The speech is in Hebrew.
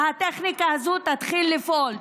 והטכניקה הזו תתחיל לפעול.